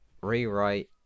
rewrite